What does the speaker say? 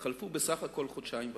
חלפו בסך הכול חודשיים וחצי.